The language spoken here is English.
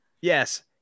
yes